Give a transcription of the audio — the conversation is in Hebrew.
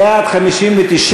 בדבר הפחתת תקציב לא נתקבלו.